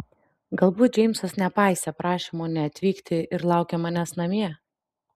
galbūt džeimsas nepaisė prašymo neatvykti ir laukia manęs namie